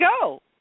go